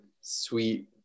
sweet